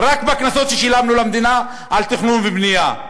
רק בקנסות ששילמנו למדינה על תכנון ובנייה.